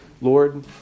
Lord